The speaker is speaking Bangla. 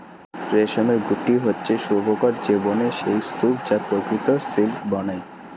রেশমের গুটি হচ্ছে শুঁয়োপোকার জীবনের সেই স্তুপ যা প্রকৃত সিল্ক বানায়